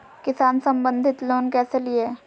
किसान संबंधित लोन कैसै लिये?